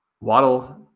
waddle